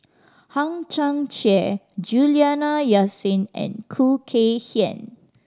Hang Chang Chieh Juliana Yasin and Khoo Kay Hian